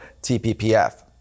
TPPF